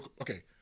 okay